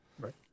Right